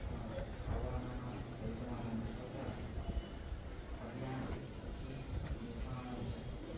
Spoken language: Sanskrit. आह्वानानि भवितुम् अर्हन्ति तत्र आभियान्त्रिकी निर्माणञ्च